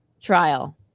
trial